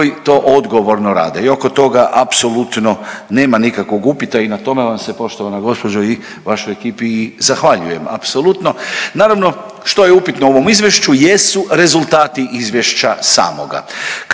koji to odgovorno rade i oko toga apsolutno nema nikakvog upita i na tome vam se poštovana gospođo i vašoj ekipi i zahvaljujem apsolutno. Naravno što je upitno u ovom izvješću jesu rezultati izvješća samoga,